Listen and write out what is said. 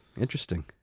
interesting